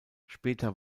später